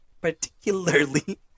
particularly